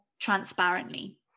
transparently